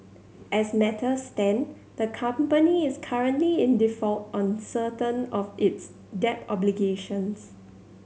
as matters stand the company is currently in default on certain of its debt obligations